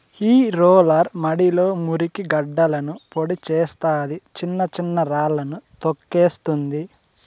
ఈ రోలర్ మడిలో మురికి గడ్డలను పొడి చేస్తాది, చిన్న చిన్న రాళ్ళను తోక్కేస్తుంది